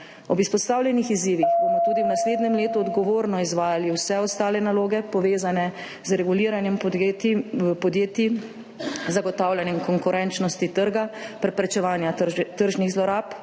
Ob izpostavljenih izzivih bomo tudi v naslednjem letu odgovorno izvajali vse ostale naloge, povezane z reguliranjem podjetij, zagotavljanjem konkurenčnosti trga, s preprečevanjem tržnih zlorab,